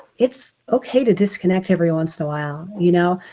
it's okay to disconnect every once in a while. you know,